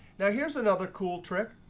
now here's another cool trick.